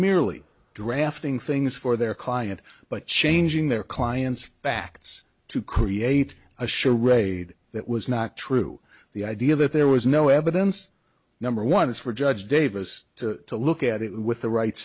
merely drafting things for their client but changing their client's facts to create a charade that was not true the idea that there was no evidence number one is for judge davis to look at it with the right